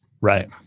Right